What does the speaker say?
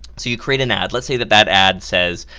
so you create an ad, lets say that that ad says